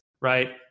right